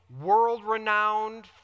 world-renowned